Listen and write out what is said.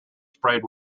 sprayed